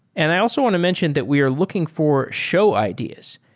and i also want to mention that we are looking for show ideas.